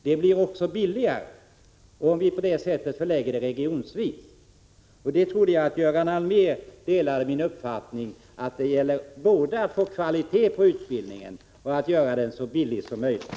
Det blir också billigare om vi på detta sätt förlägger detta regionvis. Jag trodde att Göran Allmér delade min uppfattning att det gäller både att få kvalitet på utbildningen och att göra den så billig som möjligt.